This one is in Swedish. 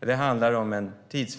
men det handlar om tid.